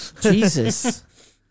Jesus